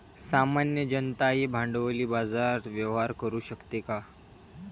सामान्य जनताही भांडवली बाजारात व्यवहार करू शकते का?